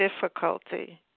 difficulty